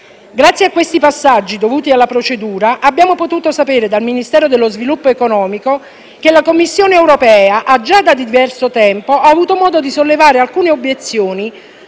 Grazie a questi passaggi dovuti alla procedura, abbiamo potuto sapere dal Ministero dello sviluppo economico che la Commissione europea ha già avuto modo da diverso tempo di sollevare alcune obiezioni